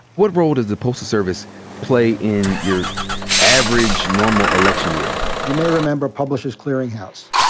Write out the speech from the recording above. what role does the postal service play in your average, normal election year? you may remember publishers clearing house.